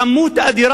יש מספר אדיר